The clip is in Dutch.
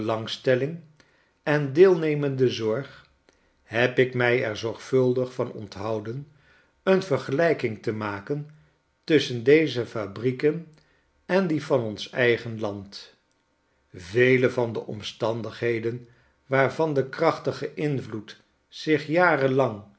belangstelling en deelnemende zorg heb ik mij er zorgvuldig vanonthouden een vergclijking te maken tusschen deze fabrieken en die van ons eigen land vele van de omstandigheden waarvan de krachtige invloed zich